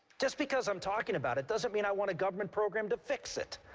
just because i'm talking about it doesn't mean i want a government program to fix it.